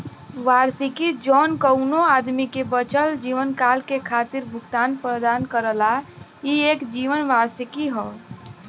वार्षिकी जौन कउनो आदमी के बचल जीवनकाल के खातिर भुगतान प्रदान करला ई एक जीवन वार्षिकी हौ